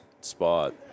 spot